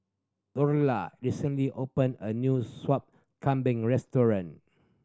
Dorla recently opened a new Sup Kambing restaurant